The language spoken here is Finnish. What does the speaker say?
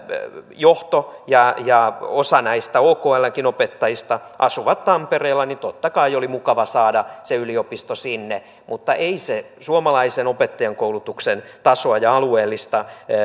johto ja ja osa näistä oklnkin opettajista asuu tampereella niin totta kai oli mukava saada se yliopisto sinne mutta ei sekään päätös suomalaisen opettajankoulutuksen tasoa ja alueellista